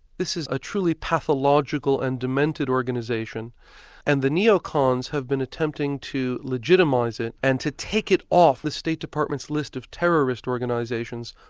this is a truly pathological and demented organisation and the neocons have been attempting to legitimise it and to take it off the state department's list of terrorist organisations,